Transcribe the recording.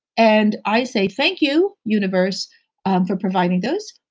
and, i say, thank you universe um for providing those.